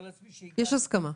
כן, יש בזה הסכמה.